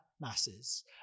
masses